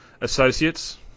associates